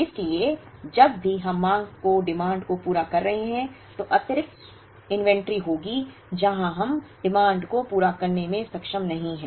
इसलिए जब भी हम मांग को पूरा कर रहे हैं तो अतिरिक्त सूची होगी जहां हम मांग को पूरा करने में सक्षम नहीं हैं